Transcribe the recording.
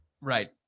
Right